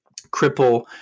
cripple